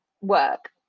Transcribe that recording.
work